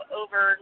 over